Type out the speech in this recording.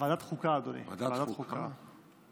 ועדת החוקה, אדוני.